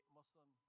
Muslim